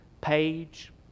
page